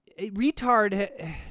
retard